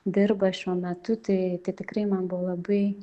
dirba šiuo metu tai tai tikrai man buvo labai